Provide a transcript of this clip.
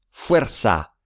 fuerza